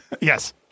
Yes